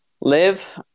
live